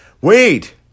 wait